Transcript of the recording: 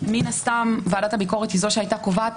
מן הסתם ועדת הביקורת היא זו שהייתה קובעת.